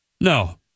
no